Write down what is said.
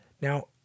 Now